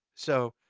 so,